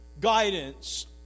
guidance